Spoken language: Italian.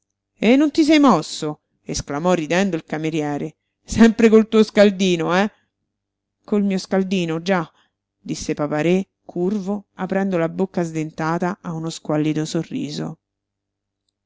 e non ti sei mosso esclamò ridendo il cameriere sempre col tuo scaldino eh col mio scaldino già disse papa-re curvo aprendo la bocca sdentata a uno squallido sorriso